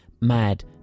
mad